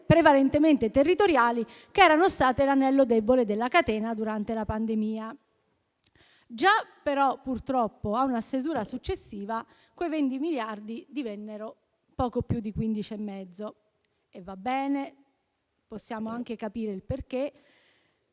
prevalentemente territoriali, che erano state l'anello debole della catena durante la pandemia. Purtroppo, già nella stesura successiva, i 20 miliardi previsti divennero poco più di 15,5. Va bene, possiamo anche capire il perché,